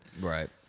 Right